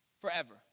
forever